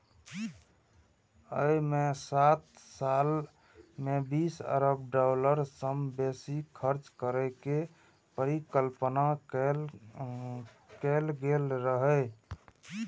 अय मे सात साल मे बीस अरब डॉलर सं बेसी खर्च करै के परिकल्पना कैल गेल रहै